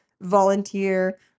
volunteer